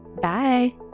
Bye